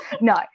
No